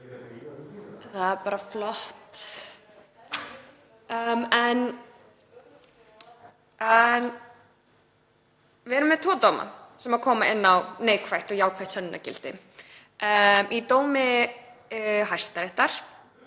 Það er bara flott. Við erum með tvo dóma sem koma inn á neikvætt og jákvætt sönnunargildi. Í dómi Hæstaréttar